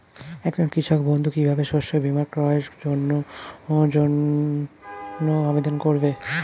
একজন কৃষক বন্ধু কিভাবে শস্য বীমার ক্রয়ের জন্যজন্য আবেদন করবে?